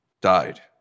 died